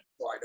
Right